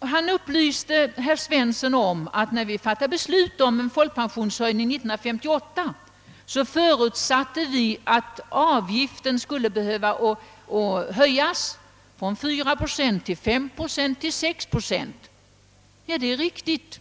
Herr Anderson upplyste herr Svensson om att när vi fattade beslut om höjning av folkpensionen 1958 förutsatte vi att avgiften efter hand skulle behöva höjas från 4 procent till 5 och 6 procent. Ja, det är riktigt.